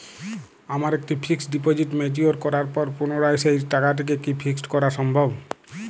আমার একটি fixed deposit mature করার পর পুনরায় সেই টাকাটিকে কি ফিক্সড করা সম্ভব?